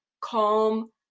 calm